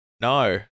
No